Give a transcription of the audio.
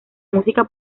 música